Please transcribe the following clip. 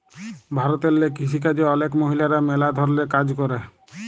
ভারতেল্লে কিসিকাজে অলেক মহিলারা ম্যালা ধরলের কাজ ক্যরে